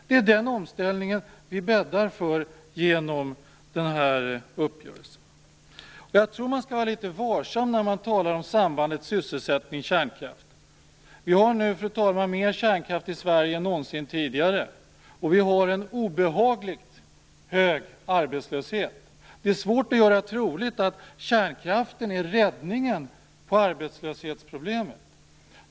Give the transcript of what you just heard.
Det är en sådan omställning vi bäddar för genom denna uppgörelse. Jag tror att man skall vara litet varsam när man talar om sambandet mellan sysselsättning och kärnkraft. Vi har nu mer kärnkraft i Sverige än någonsin tidigare, och vi har en obehagligt hög arbetslöshet. Det är svårt att göra troligt att kärnkraften är räddningen på arbetslöshetsproblemet.